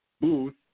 booth